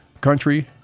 country